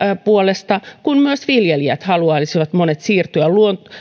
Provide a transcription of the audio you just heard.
puolesta ja myös monet viljelijät haluaisivat siirtyä